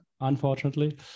unfortunately